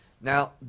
Now